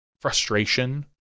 frustration